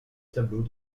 tableaux